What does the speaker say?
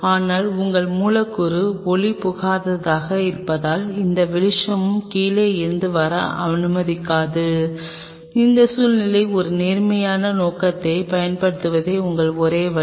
ஆனால் உங்கள் மூலக்கூறு ஒளிபுகாதாக இருப்பதால் எந்த வெளிச்சமும் கீழே இருந்து வர அனுமதிக்காது அந்த சூழ்நிலையில் ஒரு நேர்மையான நோக்கத்தைப் பயன்படுத்துவதே உங்கள் ஒரே வழி